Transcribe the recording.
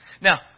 Now